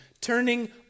turning